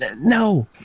No